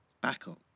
backup